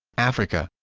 africa